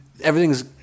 everything's